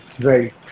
Right